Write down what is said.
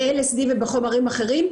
ב-LSD ובחומרים אחרים,